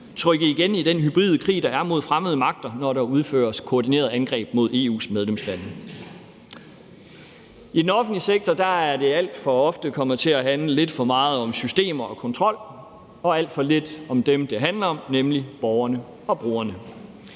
trykke igen i den hybridkrig, der er mod fremmede magter, når der udføres koordinerede angreb mod EU's medlemslande. I den offentlige sektor er det alt for ofte kommet til at handle lidt for meget om systemer og kontrol og alt for lidt om dem, det handler om, nemlig borgerne og brugerne.